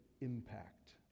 impact